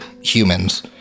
humans